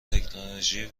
تکنولوژی